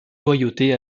loyauté